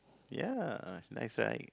ya nice right